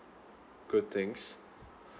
good things